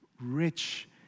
rich